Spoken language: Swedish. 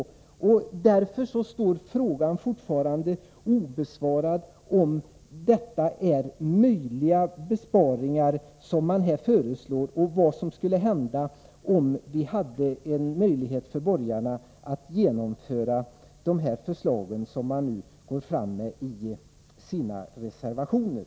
115 Därför står frågan fortfarande obesvarad — om detta är möjliga besparingar som här föreslås och vad som skulle hända om borgarna hade möjlighet att genomföra de förslag som de nu har i sina reservationer.